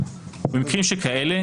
ובמקרים שכאלה,